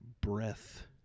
breath